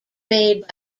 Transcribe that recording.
made